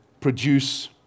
produce